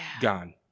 gone